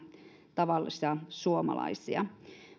tavallisia suomalaisia